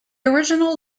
original